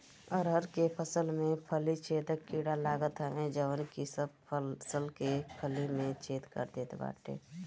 अरहर के फसल में फली छेदक कीड़ा लागत हवे जवन की सब फसल के फली में छेद कर देत बाटे